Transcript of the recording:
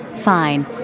Fine